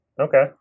Okay